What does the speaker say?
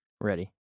Ready